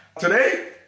Today